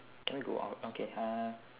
can we go out okay uh